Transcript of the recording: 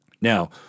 Now